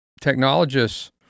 technologists